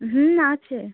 হুম আছে